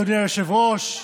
אדוני היושב-ראש,